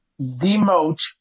demote